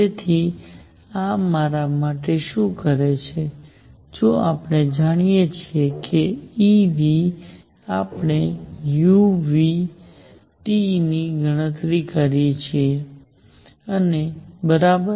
તેથી આ મારા માટે શું કરે છે જો આપણે જાણીએ છીએ કે Eν આપણે u ની ગણતરી કરી શકીએ છીએ બરાબર